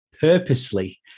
purposely